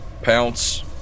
Pounce